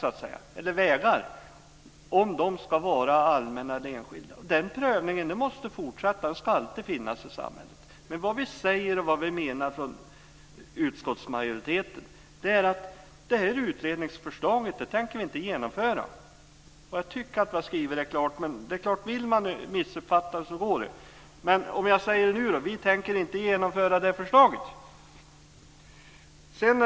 Man prövar om vägarna ska vara allmänna eller enskilda. Denna prövning måste fortsätta. Den ska alltid finnas i samhället. Vad vi säger och menar från utskottsmajoriteten är att vi inte tänker genomföra detta utredningsförslag. Jag tycker att vi har skrivit det klart, men om man vill missuppfatta det så går det förstås. Men jag säger det nu: Vi tänker inte genomföra det förslaget!